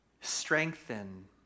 strengthen